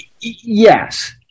yes